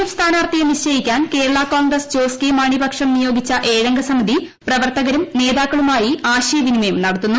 F സ്ഥാനാർത്ഥിയെ നിശ്ചയിക്കാൻ Kerala Congress Jose K Mani പക്ഷം നിയോഗിച്ചു ഏഴംഗ സമിതി പ്രവർത്തകരും നേതാക്കളുമായി ആശയിപ്പിനിമയം നടത്തുന്നു